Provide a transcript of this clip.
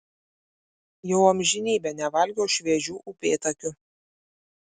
jau amžinybę nevalgiau šviežių upėtakių